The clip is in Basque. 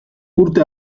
urte